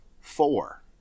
four